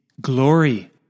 glory